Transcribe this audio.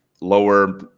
lower